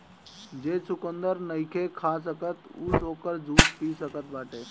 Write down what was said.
जे चुकंदर नईखे खा सकत उ ओकर जूस पी सकत बाटे